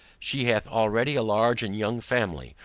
she hath already a large and young family,